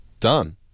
done